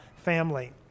family